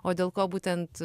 o dėl ko būtent